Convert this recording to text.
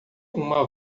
uma